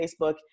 facebook